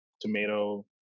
tomato